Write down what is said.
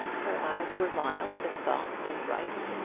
her eyes were mild, and soft, and bright.